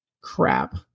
crap